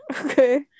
Okay